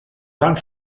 bang